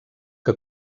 que